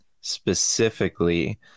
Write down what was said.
specifically